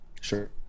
Sure